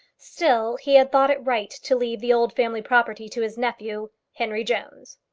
still he had thought it right to leave the old family property to his nephew, henry jones.